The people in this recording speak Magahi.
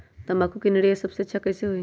तम्बाकू के निरैया सबसे अच्छा कई से होई?